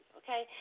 okay